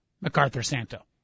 MacArthur-Santo